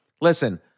listen